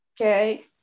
Okay